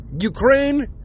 Ukraine